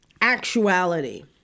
actuality